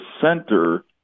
center